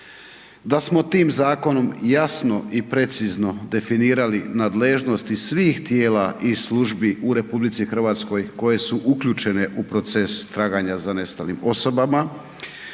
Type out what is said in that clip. da smo tim zakonom jasno i precizno definirali nadležnosti svih tijela i službi u RH koje su uključene u proces traganja za nestalim osobama.